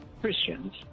Christians